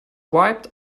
wiped